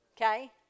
okay